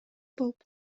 болуп